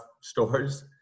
stores